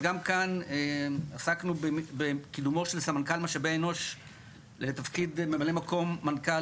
אז גם כאן עסקנו בקידומו של סמנכ"ל משאבי אנוש לתפקיד ממלא מקום מנכ"ל